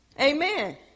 Amen